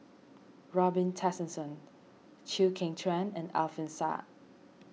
Robin Tessensohn Chew Kheng Chuan and Alfian Sa'At